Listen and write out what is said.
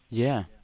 yeah.